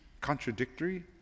contradictory